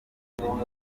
ifunguro